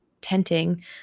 tenting